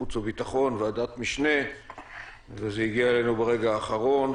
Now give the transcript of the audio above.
החוץ והביטחון וזה הגיע אלינו ברגע האחרון,